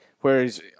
whereas